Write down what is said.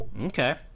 okay